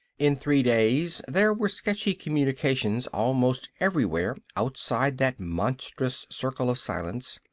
in three days there were sketchy communications almost everywhere outside that monstrous circle of silence.